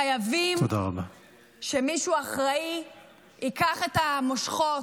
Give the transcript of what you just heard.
חייבים שמישהו אחראי ייקח את המושכות,